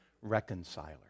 reconciler